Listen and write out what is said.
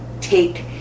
take